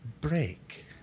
break